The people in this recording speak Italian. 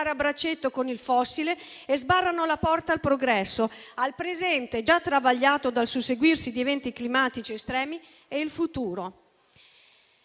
a braccetto con il fossile e sbarrano la porta al progresso, al presente, già travagliato dal susseguirsi di eventi climatici estremi, e al futuro.